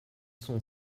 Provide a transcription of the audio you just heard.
sont